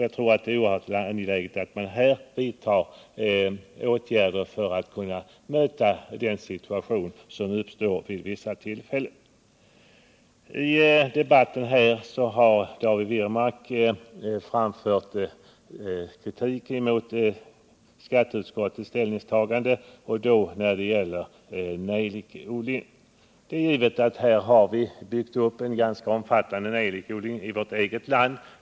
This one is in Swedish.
Det är synnerligen angeläget att man här vidtar åtgärder för att kunna möta den situation som uppstår vid vissa tillfällen. Under dagens debatt har David Wirmark framfört kritik mot skatteutskottets ställningstagande när det gäller nejlikodlingen. Vi har ju byggt upp en ganska omfattande nejlikodling i vårt eget land.